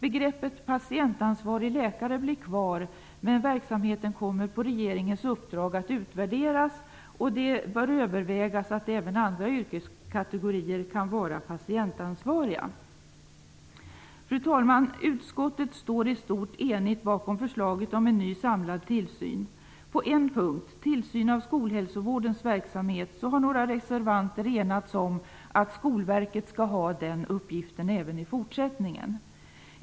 Begreppet patientansvarig läkare blir kvar, men verksamheten kommer på regeringens uppdrag att utvärderas. Det bör övervägas att även andra yrkeskategorier kan vara patientansvariga. Fru talman! Utskottet står i stort enigt bakom förslaget om en ny, samlad tillsyn. På en punkt, tillsyn av skolhälsovårdens verksamhet, har några reservanter enats om att Skolverket skall ha den uppgiften även i fortsättningen.